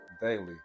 daily